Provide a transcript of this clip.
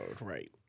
Right